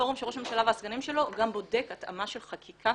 הפורום של ראש הממשלה והסגנים שלו גם בודק התאמה של חקיקה